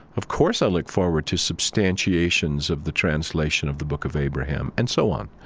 of course, i look forward to substantiations of the translation of the book of abraham and so on.